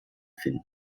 finden